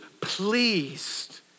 pleased